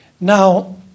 Now